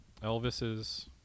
Elvis's